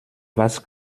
was